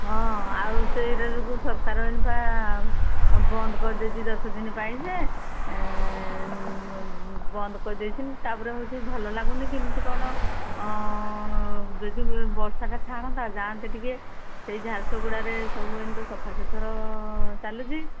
ହଁ ଆଉ ସେଇଟା ଯୋଗୁଁ ସରକାର ଏନେପା ବନ୍ଦ କରିଦେଇଛି ଦଶଦିନ ପାଇଁ ଯେ ବନ୍ଦ କରିଦେଇଛନ୍ତି ତାପରେ ହେଉଛି ଭଲ ଲାଗୁନି କେମିତି କ'ଣ ଦେଇ ବର୍ଷାଟା ଛାଡ଼ନ୍ତା ଯାଆନ୍ତେ ଟିକେ ସେଇ ଝାରସଗୁଡ଼ାରେ ସବୁ ଏମିତି ସଫା ସୁୁତରା ଚାଲୁଛି